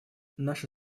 наша